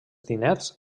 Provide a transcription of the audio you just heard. diners